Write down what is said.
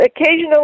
Occasionally